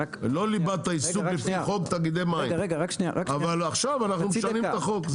לא ליבת העיסוק לפי חוק תאגידי מים אבל עכשיו אנחנו משנים את החוק.